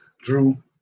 drew